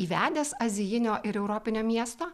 įvedęs azijinio ir europinio miesto